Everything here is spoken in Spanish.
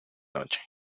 noche